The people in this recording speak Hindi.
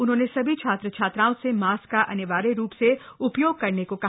उन्होंन सभी छात्र छात्राओं स मॉस्क का अनिवार्य रूप स उपयोग करन को कहा